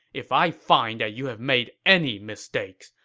if i find that you have made any mistakes,